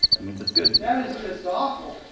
means it's good that is just aweful!